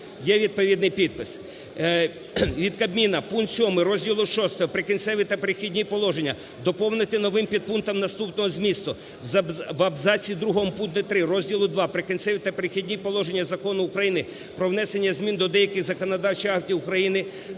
Є відповідний підпис. Від Кабміну. Пункт 7 розділу IV "Прикінцеві та перехідні положення" доповнити новим підпунктом наступного змісту: "В абзаці другому пункту 3 Розділу ІІ "Прикінцеві та перехідні положення" Закону України "Про внесення змін до деяких законодавчих актів України"